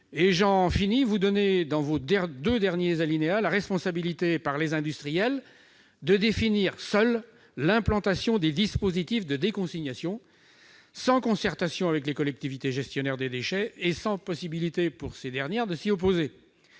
! Enfin, les deux derniers alinéas visent la responsabilité des seuls industriels dans la définition de l'implantation des dispositifs de déconsignation, sans concertation avec les collectivités gestionnaires des déchets et sans possibilité pour ces dernières de s'y opposer.